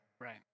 Right